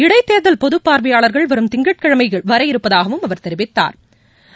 இடைத் தேர்தல் பொது பார்வையாளர்கள் வரும் திங்கட்கிழமை வரவிருப்பதாகவும் அவர் தெரிவித்தா்